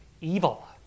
evil